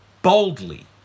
boldly